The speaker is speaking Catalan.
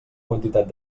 quantitat